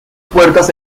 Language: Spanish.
puertas